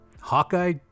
Hawkeye